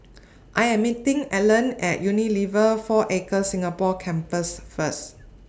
I Am meeting Allean At Unilever four Acres Singapore Campus First